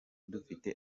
dufite